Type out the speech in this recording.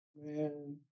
man